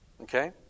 okay